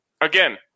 Again